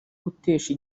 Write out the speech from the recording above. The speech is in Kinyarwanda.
gutesha